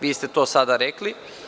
Vi ste to sada rekli.